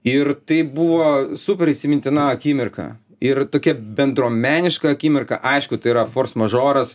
ir tai buvo super įsimintina akimirka ir tokia bendruomeniška akimirka aišku tai yra fors mažoras